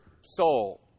soul